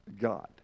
God